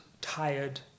tired